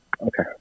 Okay